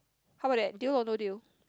how about that deal or no deal